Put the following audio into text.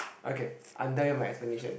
okay I'm done with my explanation